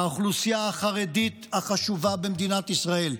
האוכלוסייה החרדית החשובה במדינת ישראל.